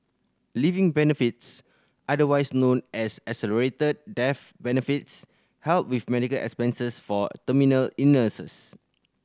living benefits otherwise known as accelerated death benefits help with medical expenses for terminal illnesses